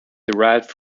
derived